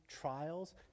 trials